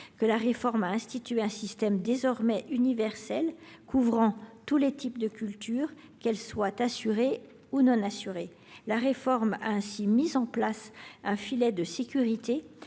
n’en a pas moins institué un système universel, couvrant tous les types de cultures qu’elles soient assurées ou non assurées. Elle a ainsi mis en place un filet de sécurité